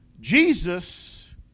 Jesus